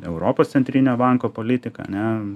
europos centrinio banko politika ane